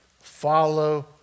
follow